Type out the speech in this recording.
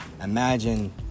imagine